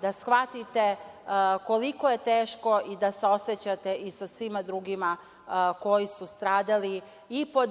da shvatite koliko je teško i da se saosećate i sa svima drugima koji su stradali i pod